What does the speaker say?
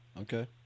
Okay